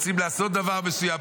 רוצים לעשות דבר מסוים?